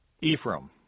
Ephraim